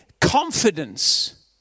confidence